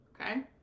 Okay